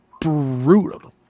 brutal